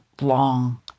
long